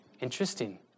Interesting